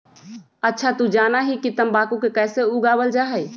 अच्छा तू जाना हीं कि तंबाकू के कैसे उगावल जा हई?